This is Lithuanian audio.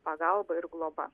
pagalba ir globa